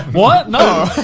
what, no.